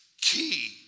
key